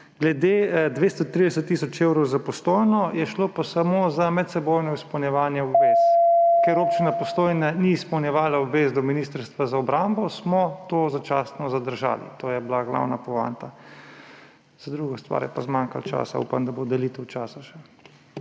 Glede 230 tisoč evrov za Postojno je šlo pa samo za medsebojno izpolnjevanje obvez. Ker občina Postojna ni izpolnjevala obvez do Ministrstva za obrambo, smo to začasno zadržali. To je bila glavna poanta. Za drugo stvar je pa zmanjkalo časa, upam, da bo še delitev časa.